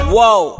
Whoa